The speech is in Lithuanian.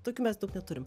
tokių mes daug neturim